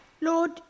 Lord